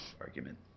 argument